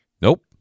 Nope